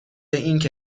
اینکه